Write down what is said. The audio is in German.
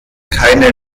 keine